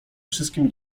wszystkim